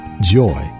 joy